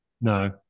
No